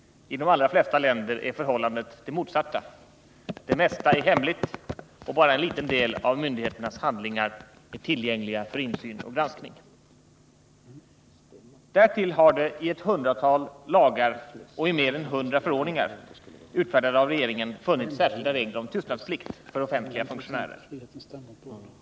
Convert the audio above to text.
I de allra flesta länder är förhållandet det motsatta — det mesta är hemligt, och bara en liten del av myndigheternas handlingar är tillgänglig för insyn och granskning. : Därtill har det i ett hundratal lagar och i mer än hundra förordningar utfärdade av regeringen funnits särskilda regler om. tystnadsplikt för offentliga funktionärer.